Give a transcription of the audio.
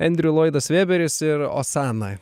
endriu loidas vėberis ir osana